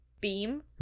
beam